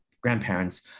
grandparents